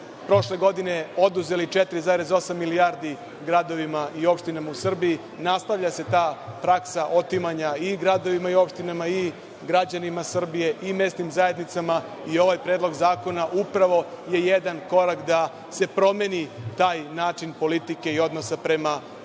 prošle godine oduzeli 4,8 milijardi gradovima i opštinama u Srbiji, nastavlja se ta praksa otimanja i gradovima i opštinama i građanima Srbije i mesnim zajednicama i ovaj predlog zakona upravo je jedan korak da se promeni taj način politike i odnosa prema